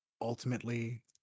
ultimately